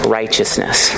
righteousness